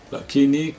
Lakini